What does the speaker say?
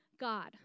God